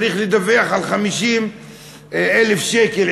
צריך לדווח על 50,000 שקל,